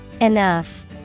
Enough